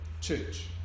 Church